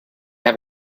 have